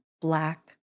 black